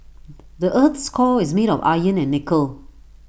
the Earth's core is made of iron and nickel